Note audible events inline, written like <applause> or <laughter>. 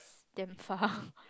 damn far <laughs>